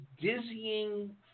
dizzying